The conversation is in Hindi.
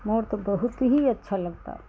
मोर तो बहुत ही अच्छा लगता है